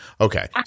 Okay